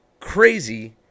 Crazy